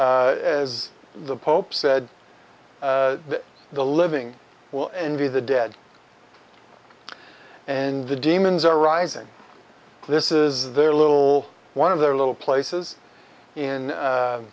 be as the pope said that the living will envy the dead and the demons are rising this is their little one of their little places in